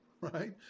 right